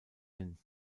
hin